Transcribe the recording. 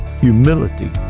humility